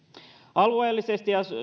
alueellisuus